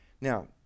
Now